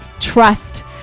trust